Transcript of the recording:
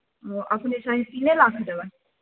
ओ अपने साढ़े तीने लाख देबै